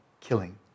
killing